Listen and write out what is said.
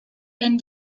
and